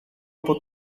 από